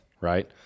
right